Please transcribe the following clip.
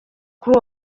kuri